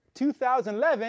2011